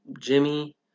jimmy